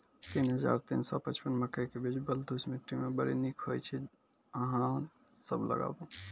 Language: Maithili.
तीन हज़ार तीन सौ पचपन मकई के बीज बलधुस मिट्टी मे बड़ी निक होई छै अहाँ सब लगाबु?